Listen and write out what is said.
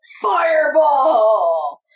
fireball